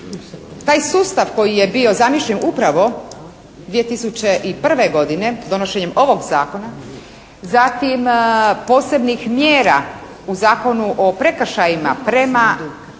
taj sustav koji je bio zamišljen upravo 2001. godine donošenjem ovog zakona, zatim posebnih mjera u Zakonu o prekršajima prema